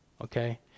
okay